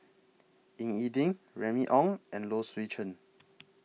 Ying E Ding Remy Ong and Low Swee Chen